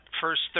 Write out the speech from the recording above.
First